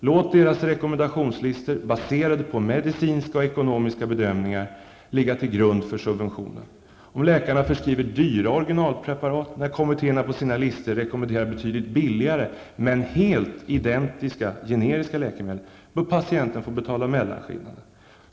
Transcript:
Låt deras rekommendationslistor, baserade på medicinska och ekonomiska bedömningar, ligga till grund för subventionen! Om läkarna förskriver dyra originalpreparat, när kommittéerna på sina listor rekommenderar betydligt billigare men helt identiska, generiska läkemedel, bör patienten få betala mellanskillnaden.